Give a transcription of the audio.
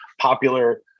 popular